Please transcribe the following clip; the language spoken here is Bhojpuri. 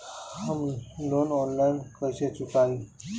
हम लोन आनलाइन कइसे चुकाई?